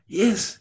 yes